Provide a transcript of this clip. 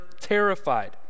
terrified